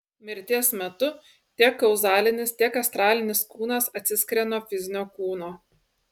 mirties metu tiek kauzalinis tiek astralinis kūnas atsiskiria nuo fizinio kūno